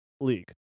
league